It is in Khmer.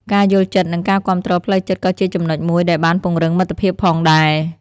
ការយល់ចិត្តនិងការគាំទ្រផ្លូវចិត្តក៏ជាចំណុចមួយដែលបានពង្រឹងមិត្តភាពផងដែរ។